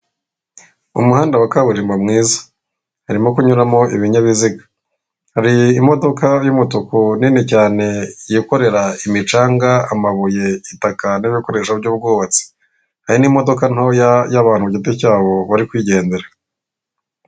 Mu muhanda wa kaburimbo mwiza, harimo kunyuramo ibinyabizigaye imodoka y'umutuku nini cyane yikorera imicanga amabuye itaka n'ibikoresho by'ubwubatsi hari n'imodoka ntoya y'abantu ku giti cyabo barigendera.